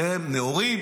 אתם נאורים.